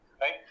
right